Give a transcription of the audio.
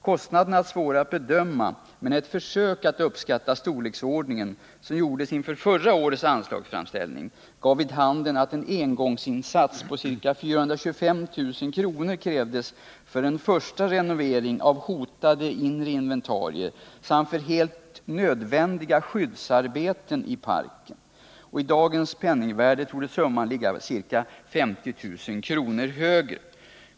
Kostnaderna är svåra att bedöma, men ett försök att uppskatta storleksordningen, som gjordes inför förra årets anslagsframställning, gav vid handen att en engångsinsats på ca 425 000 kronor krävdes för en första renovering av hotade inre inventarier samt för helt nödvändiga skyddsarbeten i parken —-=-—. I dagens penningvärde torde summan ligga ca 50 000 kronor högre.